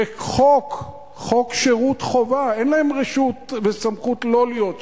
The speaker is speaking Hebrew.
בחוק שירות חובה אין להם רשות וסמכות לא להיות שם.